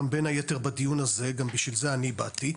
גם בין היתר בדיון הזה וגם בשביל זה אני באתי,